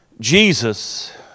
Jesus